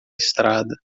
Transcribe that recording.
estrada